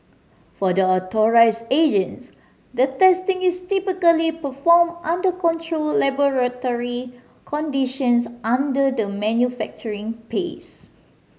for the authorised agents the testing is typically performed under controlled laboratory conditions under the manufacturing phase